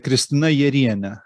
kristina jariene